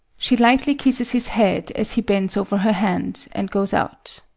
she lightly kisses his head as he bends over her hand, and goes out.